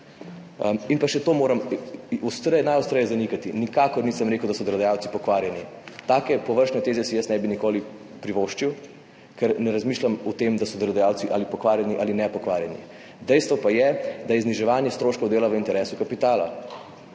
In pa še to moram najostreje zanikati. Nikakor nisem rekel, da so delodajalci pokvarjeni. Take površne teze si jaz ne bi nikoli privoščil, ker ne razmišljam o tem, da so delodajalci ali pokvarjeni ali nepokvarjeni, dejstvo pa je, da je zniževanje stroškov dela v interesu kapitala